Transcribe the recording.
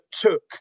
took